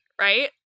right